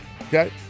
Okay